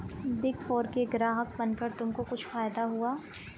Big four के ग्राहक बनकर तुमको कुछ फायदा हुआ?